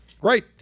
Great